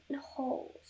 holes